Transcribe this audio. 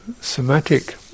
somatic